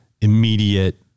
immediate